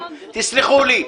תסלחו לי,